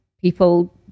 people